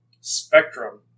spectrum